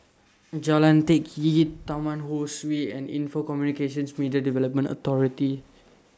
Jalan Teck Kee Taman Ho Swee and Info Communications Media Development Authority